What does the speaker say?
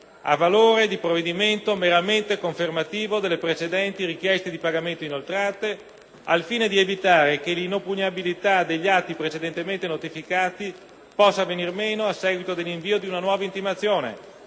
ha valore di provvedimento meramente confermativo delle precedenti richieste di pagamento inoltrate, al fine di evitare che l'inoppugnabilità degli atti precedentemente notificati possa venir meno a seguito dell'invio di una nuova intimazione,